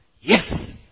yes